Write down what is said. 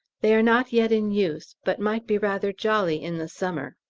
they are not yet in use, but might be rather jolly in the summer.